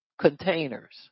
containers